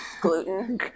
gluten